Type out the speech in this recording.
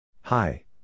Hi